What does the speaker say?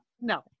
no